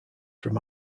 from